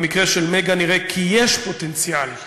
במקרה של "מגה" נראה כי יש פוטנציאל, אני